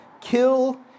kill